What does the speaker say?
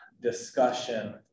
discussion